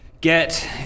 get